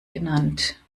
genannt